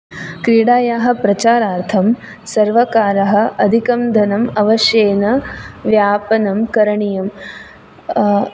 क्रीडायाः प्रचारार्थं सर्वकारः अधिकं धनम् अवश्येन व्यापनं करणियं